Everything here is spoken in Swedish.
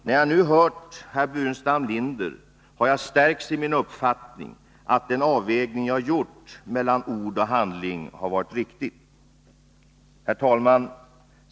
När jag nu hört herr Burenstam Linder, har jag stärkts i min uppfattning att den avvägning jag gjort mellan ord och handling har varit riktig. Herr talman!